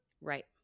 Right